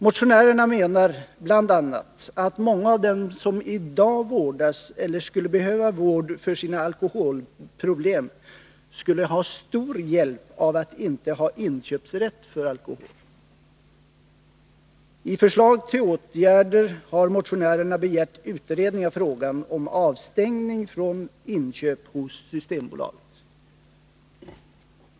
Motionärerna menar bl.a. att många av dem som i dag vårdas eller skulle behöva vård för sina alkoholproblem skulle ha stor hjälp av att inte ha inköpsrätt för alkohol. I förslag till åtgärder har motionärerna begärt utredning av frågan om avstängning från inköp hos Systembolaget.